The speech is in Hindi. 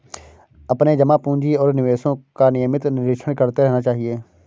अपने जमा पूँजी और निवेशों का नियमित निरीक्षण करते रहना चाहिए